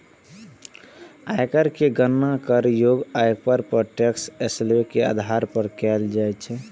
आयकर के गणना करयोग्य आय पर टैक्स स्लेब के आधार पर कैल जाइ छै